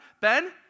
Ben